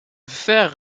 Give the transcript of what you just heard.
faire